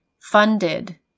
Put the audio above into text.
funded